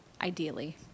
ideally